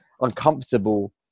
uncomfortable